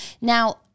Now